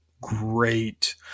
great